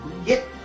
Get